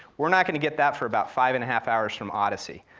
we're not gonna get that for about five and a half hours from odyssey,